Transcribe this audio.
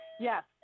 Yes